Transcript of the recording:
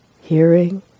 hearing